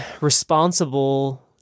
responsible